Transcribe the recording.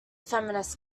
feminist